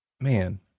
Man